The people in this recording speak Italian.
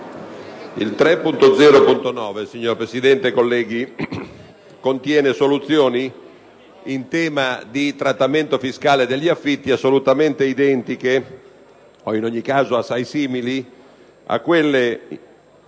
3.0.9 (testo 2) contiene soluzioni in tema di trattamento fiscale degli affitti assolutamente identiche, o in ogni caso assai simili, a quelle